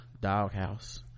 doghouse